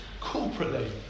Corporately